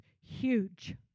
huge